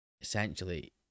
essentially